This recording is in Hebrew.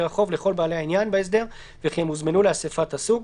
החוב לכל בעלי העניין בהסדר וכי הם הוזמנו לאסיפת הסוג,